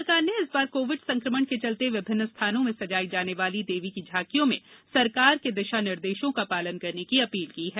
राज्य सरकार ने इस बार कोविड संकमण के चलते विभिन्न स्थानों में सजाई जाने वाली देवी की झांकियों में सरकार के दिशा निर्देशों का पालन करने की अपील की है